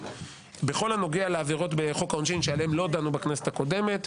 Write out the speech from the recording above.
בכל הנוגע לעבירות בחוק העונשין שעליהם לא דנו בכנסת הקודמת,